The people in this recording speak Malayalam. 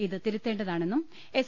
ഇതു തിരുത്തേണ്ടതാണെന്നും എസ്